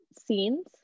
scenes